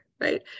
right